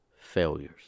failures